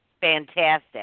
fantastic